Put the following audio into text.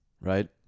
right